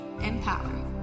empower